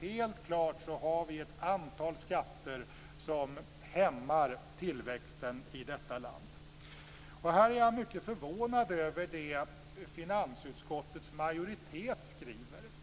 Helt klart finns ett antal skatter som hämmar tillväxten i landet. Här är jag förvånad över vad finansutskottets majoritet skriver.